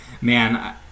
man